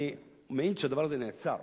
אני מעיד שהדבר הזה נעצר,